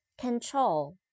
Control